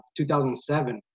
2007